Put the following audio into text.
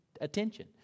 attention